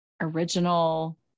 original